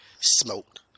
smoked